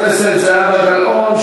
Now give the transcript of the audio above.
חברת הכנסת זהבה גלאון,